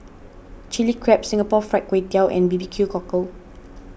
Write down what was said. Chilli Crab Singapore Fried Kway Tiao and B B Q Cockle